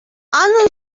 анын